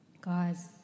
Guys